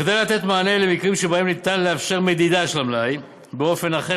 כדי לתת מענה למקרים שבהם ניתן לאפשר מדידה של המלאי באופן אחר,